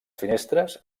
finestres